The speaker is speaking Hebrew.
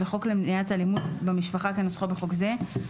לחוק למניעת אלימות במשפחה כנוסחו בחוק זה,